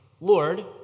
Lord